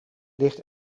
ligt